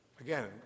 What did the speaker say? Again